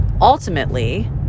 Ultimately